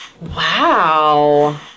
Wow